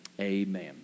Amen